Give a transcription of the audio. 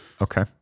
Okay